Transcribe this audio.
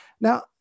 Now